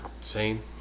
sane